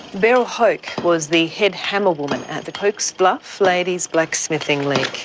beryl hoke was the head hammer-woman at the hoke's bluff ladies blacksmithing league.